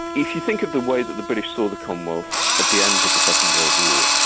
if you think of the way the the british saw the commonwealth at the end of the second world war,